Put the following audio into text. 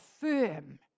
firm